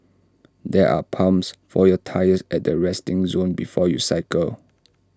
there are pumps for your tyres at the resting zone before you cycle